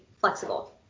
flexible